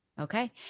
Okay